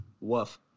Woof